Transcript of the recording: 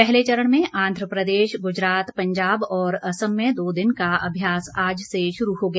पहले चरण में आंध्र प्रदेश गुजरात पंजाब और असम में दो दिन का अभ्यास आज से शुरू हो गया